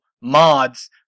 mods